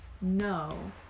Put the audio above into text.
No